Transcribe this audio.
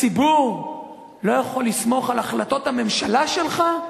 הציבור לא יכול לסמוך על החלטות הממשלה שלך?